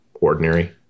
ordinary